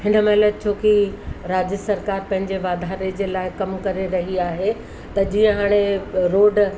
हिनमहिल छो की राज्य सरकार पंहिंजे वाधारे जे लाइ कम करे रई आहे त जीअं हाणे रोड